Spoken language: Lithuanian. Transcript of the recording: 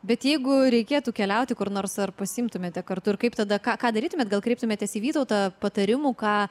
bet jeigu reikėtų keliauti kur nors ar pasiimtumėte kartu ir kaip tada ką ką darytumėt gal kreiptumėtės į vytautą patarimų ką